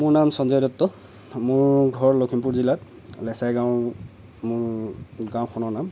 মোৰ নাম সঞ্জয় দত্ত মোৰ ঘৰ লখিমপুৰ জিলাত লেচেৰা গাঁও মোৰ গাঁওখনৰ নাম